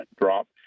drop